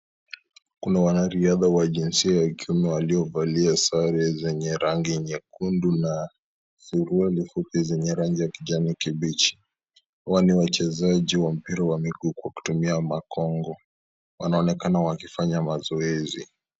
Kuna wanariadha wa jinsia ya kiume waliovalia sare zenye rangi nyekundu na suruali fupi zenye rangi ya kijani kibichi ,Hawa n wachezaji wa mpira wa miguu kwa kutumia makongo, wanaonekana wakifanya mazoezi.